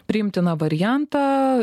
priimtiną variantą